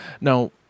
Now